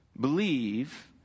believe